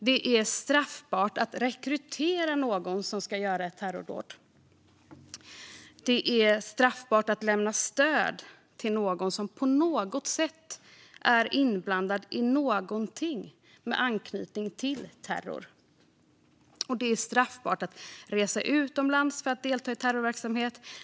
Det är straffbart att rekrytera någon som ska göra ett terrordåd. Det är straffbart att lämna stöd till någon som på något sätt är inblandad i någonting med anknytning till terror. Det är straffbart att resa utomlands för att delta i terrorverksamhet.